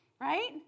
right